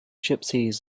gypsies